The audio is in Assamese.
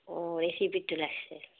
অঁ ৰেচিপিটো লাগছে